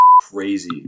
crazy